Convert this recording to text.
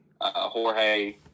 Jorge